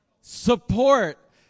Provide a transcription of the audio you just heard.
Support